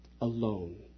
Alone